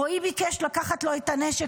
רועי ביקש לקחת לו את הנשק,